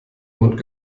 mund